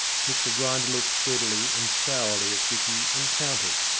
mr grinder looked steadily and sourly at dicky, and counted.